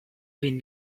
been